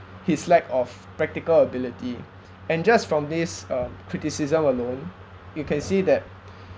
his lack of practical ability and just from this uh criticism alone you can see that